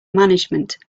management